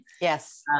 Yes